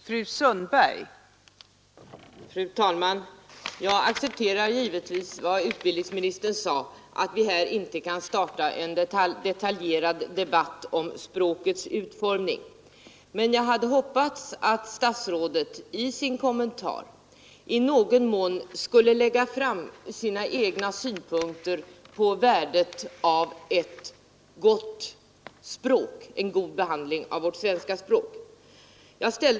Fru talman! Jag accepterar givetvis vad utbildningsministern sade om att vi här inte kan starta en detaljerad debatt om provets utformning. Men jag hade hoppats att statsrådet i sin kommentar i någon mån skulle lägga fram sina egna synpunkter på värdet av en god behandling av vårt svenska språk.